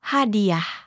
Hadiah